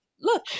look